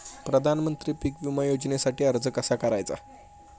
प्रधानमंत्री पीक विमा योजनेसाठी अर्ज कसा करायचा?